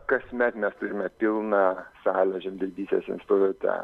kasmet mes turime pilną salę žemdirbystės institute